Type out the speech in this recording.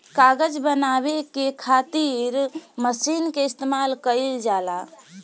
कागज बनावे के खातिर मशीन के इस्तमाल कईल जाला